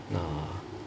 ah